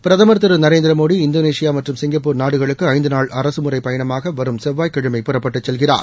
பிரதமர் திரு நரேந்திரமோடி இந்தோனேஷியா மற்றும் சிங்கப்பூர் நாடுகளுக்கு ஐந்து நாள் அரகமுறைப் பயணமாக வரும் செவ்வாய்கிழமை புறப்பட்டுச் செல்கிறார்